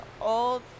old